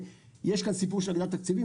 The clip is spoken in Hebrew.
יש פה סיפור של עליית תקציבים,